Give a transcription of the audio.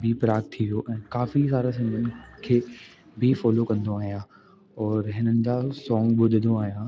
ऐं बी प्राक थी वियो ऐं काफ़ी सारा सिंगरनि खे बि फोलो कंदो आहियां और हिननि जा सॉन्ग ॿुधंदो आहियां